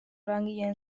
langileen